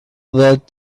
that